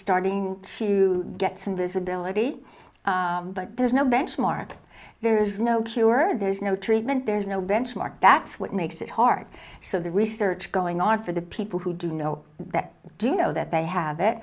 starting to get some visibility but there's no benchmark there's no cure there's no treatment there's no benchmark that's what makes it hard so the research going on for the people who do know that do you know that they have it